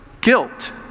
guilt